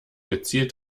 gezielt